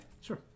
sure